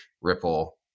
Ripple